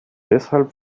deshalb